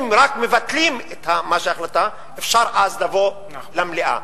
רק אם מבטלים את ההחלטה אפשר לבוא למליאה.